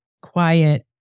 quiet